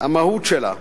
המהות שלה,